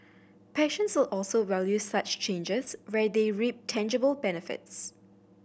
patients will also value such changes where they reap tangible benefits